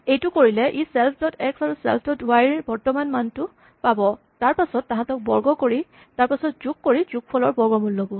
এইটো কৰিলে ই ছেল্ফ ডট এক্স আৰু ছেল্ফ ডট ৱাই ৰ বৰ্তমানৰ মানটো চাব তাৰপাছত তাহাঁতক বৰ্গ কৰিব তাৰপাছত যোগ কৰি যোগফলৰ বৰ্গমূল ল'ব